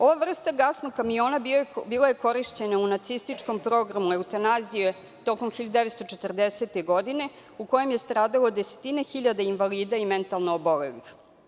Ova vrsta gasnog kamiona bio je korišćen u nacističkom programu eutanazije tokom 1940. godine u kojem je stradalo desetine hiljada invalida i mentalno obolelih.